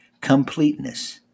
Completeness